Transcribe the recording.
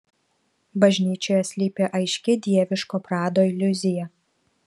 bažnyčioje slypi aiški dieviško prado iliuzija